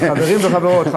חברים וחברות.